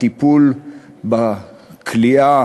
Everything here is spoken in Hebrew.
הטיפול בכליאה